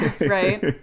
Right